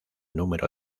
número